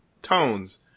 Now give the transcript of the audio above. tones